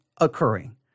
occurring